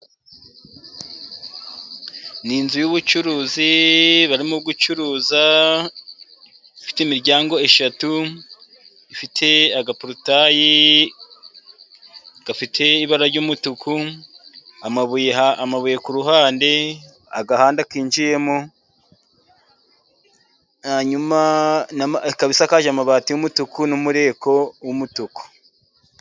Ni inzu y'ubucuruzi barimo gucuruza, ifite imiryango itatu ifite agaporotaye gafite ibara ry'umutuku, amabuye ku ruhande agahanda kinjiyemo, hanyuma ikaba isakaje amabati y'umutuku n'umureko w'umutuku.